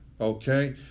Okay